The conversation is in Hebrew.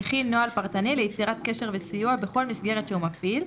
יכין נוהל פרטני ליצירת קשר וסיוע בכל מסגרת שהוא מפעיל,